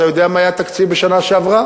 אתה יודע מה היה התקציב בשנה שעברה?